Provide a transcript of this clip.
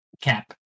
Cap